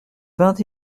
vingt